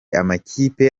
amakipe